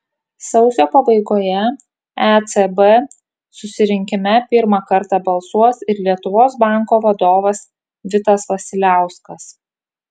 sausio pabaigoje ecb susirinkime pirmą kartą balsuos ir lietuvos banko vadovas vitas vasiliauskas